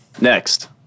Next